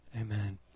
Amen